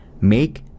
make